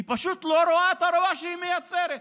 היא פשוט לא רואה את הרוע שהיא מייצרת.